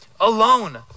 alone